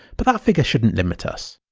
but that figure shouldn't limit us!